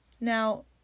Now